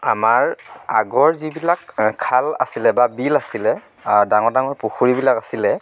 আমাৰ আগৰ যিবিলাক খাাল আছিলে বা বিল আছিলে ডাঙৰ ডাঙৰ পুখুৰীবিলাক আছিলে